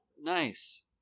Nice